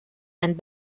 and